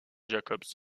jacobs